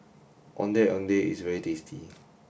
Ondeh Ondeh is very tasty